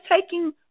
taking